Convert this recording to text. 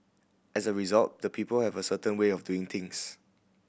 as a result the people have a certain way of doing things